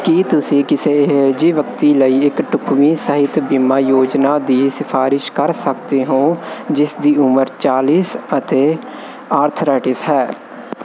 ਕੀ ਤੁਸੀਂ ਕਿਸੇ ਅਜਿਹੇ ਵਿਅਕਤੀ ਲਈ ਇੱਕ ਢੁਕਵੀਂ ਸਿਹਤ ਬੀਮਾ ਯੋਜਨਾ ਦੀ ਸਿਫਾਰਸ਼ ਕਰ ਸਕਦੇ ਹੋ ਜਿਸ ਦੀ ਉਮਰ ਚਾਲੀਸ ਅਤੇ ਆਰਥਰਾਇਟਸ ਹੈ